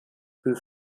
peu